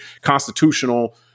constitutional